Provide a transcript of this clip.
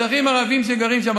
אזרחים ערבים שגרים שם.